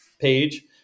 page